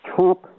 Trump